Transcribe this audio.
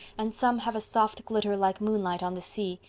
and some have a soft glitter like moonlight on the sea.